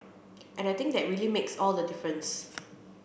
and I think that really makes all the difference